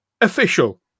official